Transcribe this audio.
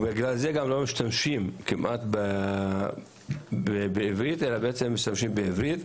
בגלל זה הם גם כמעט לא משתמשים בעברית אלא משתמשים בערבית.